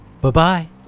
Bye-bye